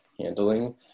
handling